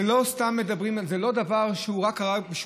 לא סתם מדברים על זה, זה לא דבר שהוא רק בשמועות.